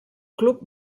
club